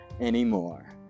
anymore